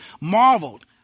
marveled